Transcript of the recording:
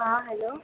हा हैलो